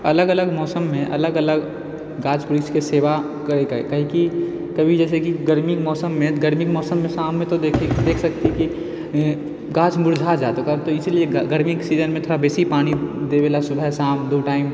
अलग अलग मौसममे अलग अलग गाछ वृक्षके सेवा करैके काहे कि कभी जैसे कि गर्मी मौसममे गर्मीके मौसममे शाममे तऽ देख सकती की गाछ मुरझा जात तऽ इसलिए गर्मीके सीजनमे थोड़ा बेसी पानि देबेला सुबह शाम दू टाइम